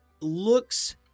looks